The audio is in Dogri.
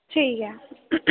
ठीक ऐ